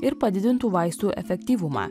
ir padidintų vaistų efektyvumą